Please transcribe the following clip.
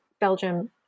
Belgium